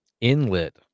inlet